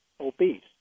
obese